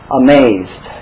amazed